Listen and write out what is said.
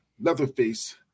Leatherface